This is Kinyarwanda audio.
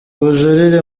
bujurire